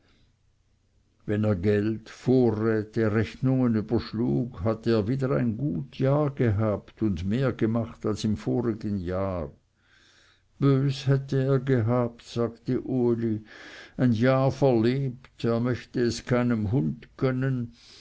wenn er geld vorräte rechnungen überschlug hatte er wieder ein gut jahr gehabt und mehr gemacht als im vorigen jahr bös hätte er gehabt sagte uli ein jahr verlebt er möchte es keinem hund gönnen